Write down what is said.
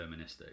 deterministic